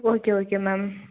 okay okay ma'am